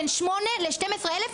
בין 8-12 אלף,